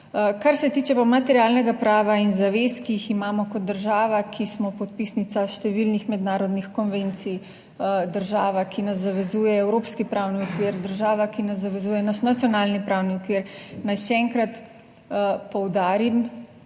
Kar se tiče pa materialnega prava in zavez, ki jih imamo kot država, ki smo podpisnica številnih mednarodnih konvencij. Država, ki nas zavezuje evropski pravni okvir, država ki nas zavezuje naš nacionalni pravni okvir. Naj še enkrat poudarim,